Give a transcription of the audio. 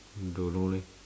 don't know leh